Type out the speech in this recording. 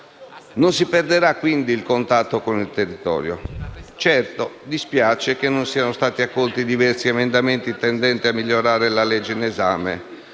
Non si perderà, quindi, il contatto con il territorio. Certo, dispiace che non siano stati accolti diversi emendamenti, tendenti a migliorare la legge in esame.